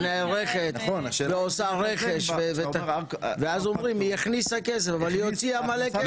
ונערכת ועושה רכש ואז אומרים היא הכניסה כסף אבל היא הוציאה מלא כסף.